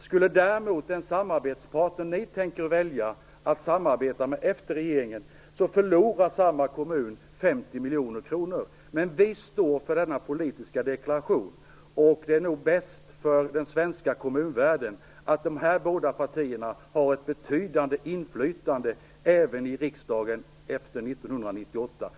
Skulle däremot den samarbetspartner ni tänker välja efter valet få bestämma förlorar samma kommun 50 miljoner kronor. Men vi står för denna politiska deklaration, och det är nog bäst för den svenska kommunvärlden att de här båda partierna har ett betydande inflytande i riksdagen även efter 1998.